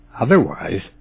Otherwise